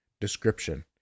Description